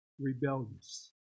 rebellious